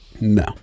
no